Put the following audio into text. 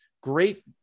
Great